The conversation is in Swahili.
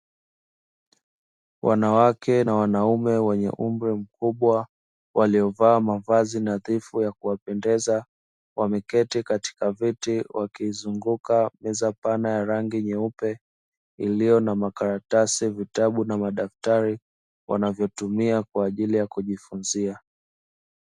Wanawake na wanaume wenye umri mkubwa waliovaa mavazi nadhifu ya kuwapendeza wameketi katika viti wakizunguka meza pana ya rangi nyeupe iliyo na makaratasi, vitabu na madaftari wanavyotumia kwa ajili ya kujifunzia.